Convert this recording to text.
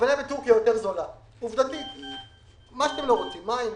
העגבנייה בטורקיה זולה יותר עובדתית בשל מה שאתם לא רוצים: מים,